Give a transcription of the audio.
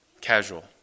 casual